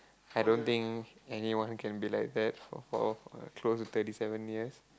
I don't think anyone can be like that for close to thirty seven years